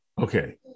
Okay